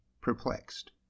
perplexed